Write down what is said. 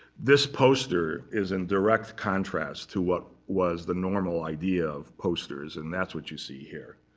this poster is in direct contrast to what was the normal idea of posters. and that's what you see here.